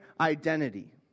identity